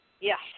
yes